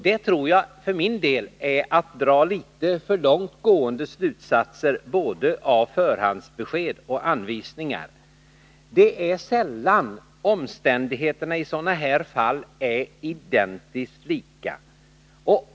Detta tror jag för min del är att dra litet för långtgående slutsatser både av förhandsbesked och av anvisningar. Det är sällan omständigheterna i sådana här fall är identiskt lika.